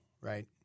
right